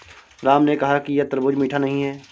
राम ने कहा कि यह तरबूज़ मीठा नहीं है